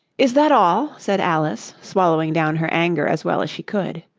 is that all said alice, swallowing down her anger as well as she could.